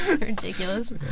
Ridiculous